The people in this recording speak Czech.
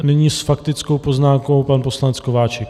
Nyní s faktickou poznámkou pan poslanec Kováčik.